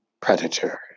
predator